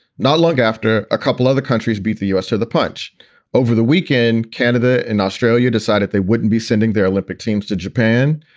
not long after, a couple other countries beat the us to the punch over the weekend. canada and australia decided they wouldn't be sending their olympic teams to japan.